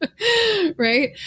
right